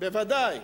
בוודאי.